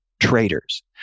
traitors